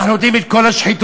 אנחנו יודעים את כל השחיתות,